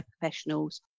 Professionals